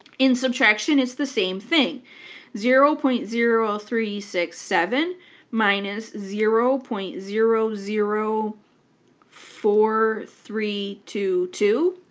in subtraction it's the same thing zero point zero three six seven minus zero point zero zero four three two two.